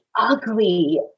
Ugly